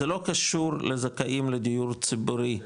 זה לא קשור לזכאים לדיור ציבורי,